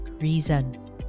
reason